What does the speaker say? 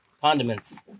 condiments